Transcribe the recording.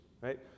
right